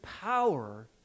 power